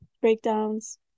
breakdowns